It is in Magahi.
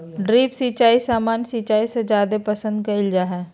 ड्रिप सिंचाई सामान्य सिंचाई से जादे पसंद कईल जा हई